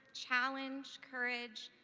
challenge, courage,